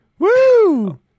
Woo